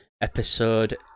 episode